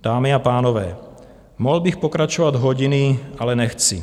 Dámy a pánové, mohl bych pokračovat hodiny, ale nechci.